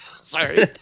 Sorry